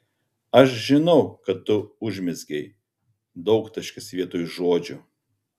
aš žinau kad tu užmezgei daugtaškis vietoj žodžio